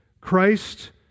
Christ